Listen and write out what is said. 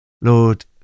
Lord